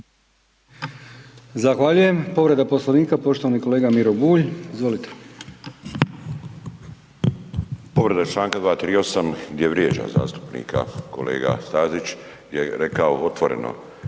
Zahvaljujem. Povreda Poslovnika poštovani kolega Miro Bulj. Izvolite. **Bulj, Miro (MOST)** Povreda članka 238. gdje vrijeđa zastupnika kolega Stazić gdje je rekao otvoreno